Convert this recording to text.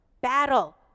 battle